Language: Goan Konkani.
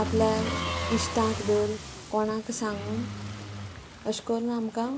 आपल्या इश्टांक धर कोणाक सांगून अशें करून आमकां